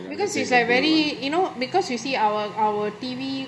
because it's like very you know because you see our our T_V